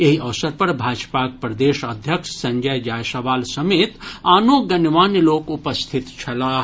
एहि अवसर पर भाजपाक प्रदेश अध्यक्ष संजय जायसवाल समेत आनो गणमान्य लोक उपस्थित छलाह